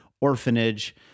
orphanage